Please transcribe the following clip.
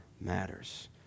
matters